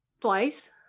Twice